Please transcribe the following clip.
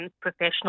professional